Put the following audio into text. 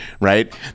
right